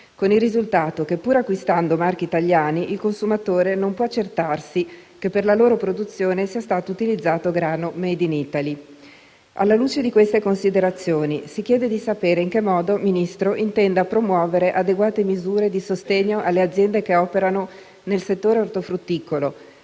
con il risultato che, pur acquistando marchi italiani, il consumatore non può accertarsi che per la loro produzione sia stato utilizzato grano *made in Italy*. Alla luce di queste considerazioni, si chiede di sapere: in che modo il signor Ministro intenda promuovere adeguate misure di sostegno alle aziende che operano nel settore ortofrutticolo,